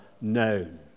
known